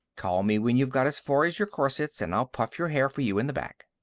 call me when you've got as far as your corsets, and i'll puff your hair for you in the back.